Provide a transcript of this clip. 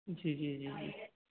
जी जी जी जी